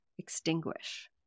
extinguish